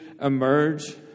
emerge